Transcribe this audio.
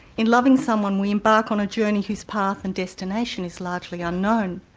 in loving someone, we embark on a journey whose path and destination is largely unknown.